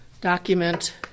document